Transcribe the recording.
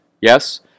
yes